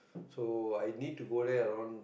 so I need to go there around